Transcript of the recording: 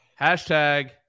Hashtag